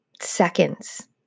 seconds